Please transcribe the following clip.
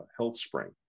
HealthSpring